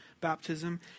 baptism